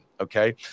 Okay